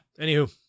Anywho